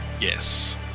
Yes